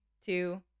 two